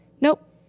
Nope